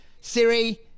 Siri